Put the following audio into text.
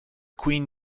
queen